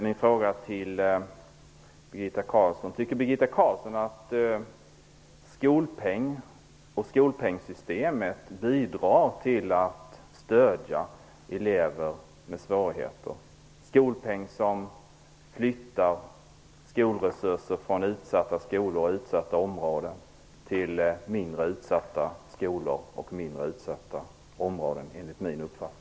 Min fråga är om Birgitta Carlsson tycker att skolpeng och skolpengssystem bidrar till att stödja elever med svårigheter. Skolpengen flyttar enligt min uppfattning skolresurser från utsatta skolor och utsatta områden till mindre utsatta skolor och mindre utsatta områden.